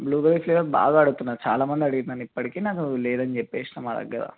blueberry flavour బాగా అడుగుతున్నారు చాలా మంది అడిగిర్రు నన్ను ఇప్పటికి లేదని చెప్పిన మా దగ్గర